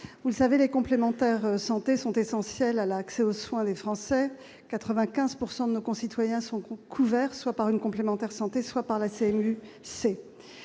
vous le savez, les complémentaires de santé sont essentielles pour l'accès aux soins des Français : 95 % de nos concitoyens sont couverts, soit par une complémentaire de santé, soit par la